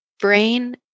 brain